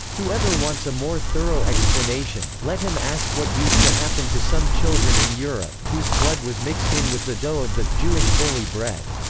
whoever wants a more thorough explanation, let him ask what used to happen to some children in europe, whose blood was mixed in with the dough of the holy bread.